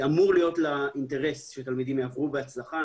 אמור להיות לה אינטרס שתלמידים יעברו בהצלחה.